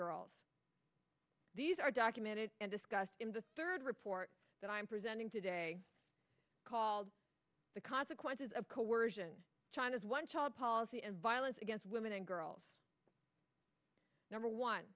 girls these are documented and discussed in the third report that i am presenting today called the consequences of coersion china's one child policy and violence against women and girls number one